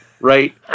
right